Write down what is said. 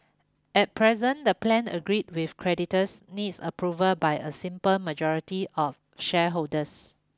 at present the plan agreed with creditors needs approval by a simple majority of shareholders